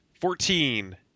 Fourteen